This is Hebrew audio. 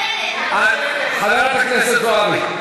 חברת הכנסת זועבי.